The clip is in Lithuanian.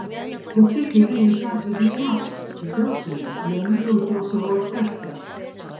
kokie keliai jus atvedė į maskvą į garsųjį leonido utiosovo orkestrą